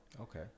Okay